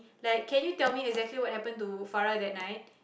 like can you tell me exactly what happened to Farah that night